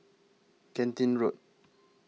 Genting Road